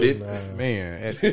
Man